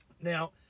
Now